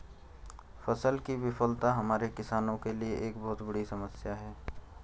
फसल की विफलता हमारे किसानों के लिए एक बहुत बड़ी समस्या है